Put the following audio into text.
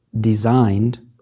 designed